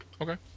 okay